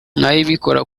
nkayibika